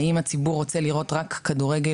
האם הציבור רוצה לראות רק כדורגל